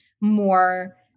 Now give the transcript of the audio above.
more